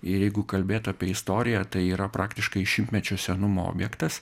jeigu kalbėt apie istoriją tai yra praktiškai šimtmečio senumo objektas